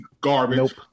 garbage